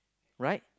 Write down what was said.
right